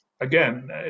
Again